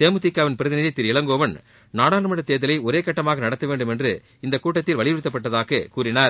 தேமுதிகவின் பிரதிநிதி இளங்கோவன் நாடாளுமன்றத் தேர்தலை ஒரே கட்டமாக நடத்த வேண்டும் என்று இக்கூட்டத்தில் வலியுறத்தப்பட்டதாகக் கூறினார்